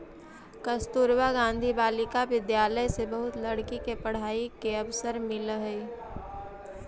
कस्तूरबा गांधी बालिका विद्यालय से बहुत लड़की के पढ़ाई के अवसर मिलऽ हई